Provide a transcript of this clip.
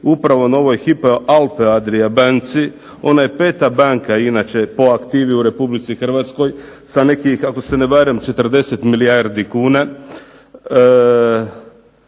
upravo na ovoj Hypo Alpe Adria banci. Ona je peta banka inače po aktivi u Republici Hrvatskoj sa nekim, ako se ne varam, 40 milijardi kuna.